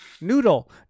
noodle